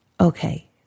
Okay